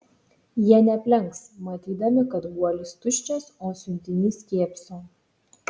jie neaplenks matydami kad guolis tuščias o siuntinys kėpso